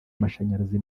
amashanyarazi